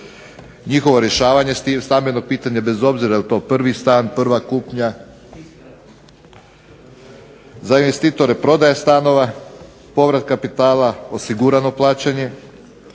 Njihovo rješavanje stambenog pitanja, bez obzira jel to prvi stan, prva kupnja. Za investitore prodaja stanova, povrat kapitala, osigurano plaćanje.